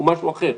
הוא משהו אחר.